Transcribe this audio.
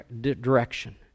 direction